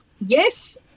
Yes